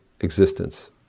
existence